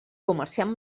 comerciant